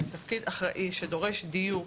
זה תפקיד אחראי שדורש דיוק,